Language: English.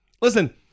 Listen